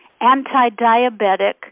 anti-diabetic